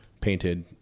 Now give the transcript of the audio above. painted